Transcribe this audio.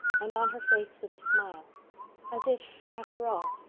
and on her face was a smile as if, after all,